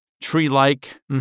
tree-like